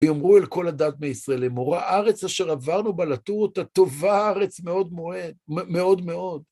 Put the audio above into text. ויאמרו אל כל עדת בני ישראל לאמר. הארץ אשר עברנו בה לתור אותה, טובה הארץ מאד מאד.